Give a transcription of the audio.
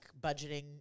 budgeting